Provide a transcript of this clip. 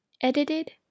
Edited